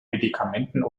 medikamenten